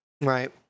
right